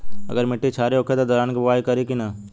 अगर मिट्टी क्षारीय होखे त दलहन के बुआई करी की न?